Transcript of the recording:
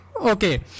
Okay